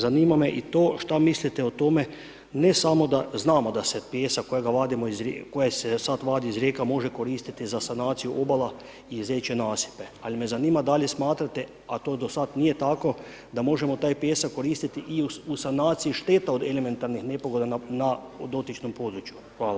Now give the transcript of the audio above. Zanima me i to šta mislite o tome, ne samo, znamo da se pijesak kojega vadimo iz rijeka, koji se sad vadi iz rijeka može koristiti za sanaciju obala i zečje nasipe, ali me zanima da li smatrate, a to do sad nije tako da možemo taj pijesak koristiti i u sanaciji šteta od elementarnih nepogoda na dotičnom području.